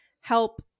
help